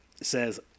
says